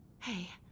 hey,